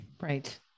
right